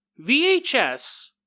VHS